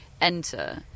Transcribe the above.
enter